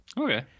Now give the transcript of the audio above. Okay